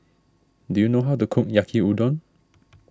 do you know how to cook Yaki Udon